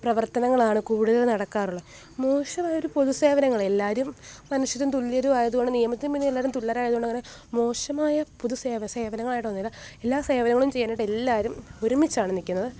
പ്രവർത്തനങ്ങളാണ് കൂടുതൽ നടക്കാറുള്ള മോശമായൊരു പൊതുസേവനങ്ങൾ എല്ലാവരും മനുഷ്യരും തുല്യരും ആയതോണ്ട് നിയമത്തിന് മുന്നിൽ എല്ലാവരും തുല്യരായതോണ്ട് അങ്ങനെ മോശമായ പൊതുസേവനം സേവനങ്ങളായിട്ടൊന്നുമല്ല എല്ലാ സേവനങ്ങളും ചെയ്യാനായിട്ട് എല്ലാവരും ഒരുമിച്ചാണ് നിൽക്കുന്നത്